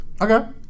Okay